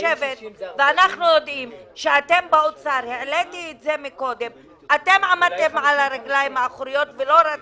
אנחנו יודעים שאתם באוצר עמדתם על הרגליים האחוריות ולא רציתם.